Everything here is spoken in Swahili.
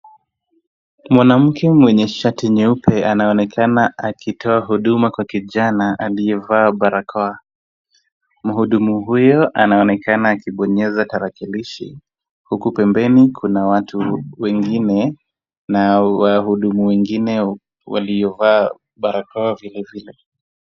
Mwanamke mwenye shati nyeupe anaonekana akitoa huduma kwa kijana aliyevaa barakoa. Mhudumu huyo anaonekana akibonyeza tarakilishi, huku pembeni kuna watu wengine na wahudumu wengine waliovaa barakoa vilevile.